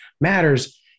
matters